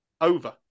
Over